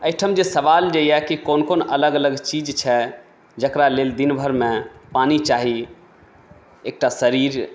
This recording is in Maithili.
एहिठम जे सवाल जे अइ कि कोन कोन अलग अलग चीज छै जकरा लेल दिनभरिमे पानि चाही एकटा शरीर